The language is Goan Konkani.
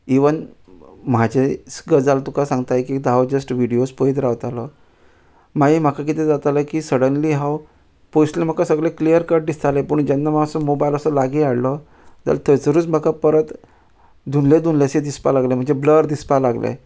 इवन म्हाजेच गजाल तुका सांगता एक एकदां हांव जस्ट विडयोज पळयत रावतालो मागीर म्हाका किदें जातालें की सडनली हांव पोयसलें म्हाका सगलें क्लियर कट दिसतालें पूण जेन्ना मा असो मोबायल असो लागीं हाडलो जाल थंयचरूच म्हाका परत धुल्लें धुल्लेशें दिसपा लागलें म्हणजे ब्लर दिसपा लागलें